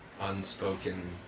unspoken